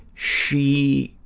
she